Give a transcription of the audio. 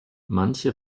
manche